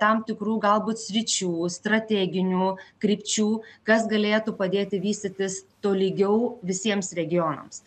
tam tikrų galbūt sričių strateginių krypčių kas galėtų padėti vystytis tolygiau visiems regionams